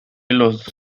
los